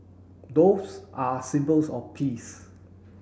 doves are a symbols of peace